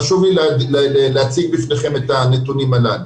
חשוב לי להציג בפניכם את הנתונים הללו.